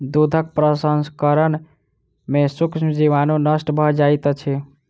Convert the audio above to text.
दूधक प्रसंस्करण में सूक्ष्म जीवाणु नष्ट भ जाइत अछि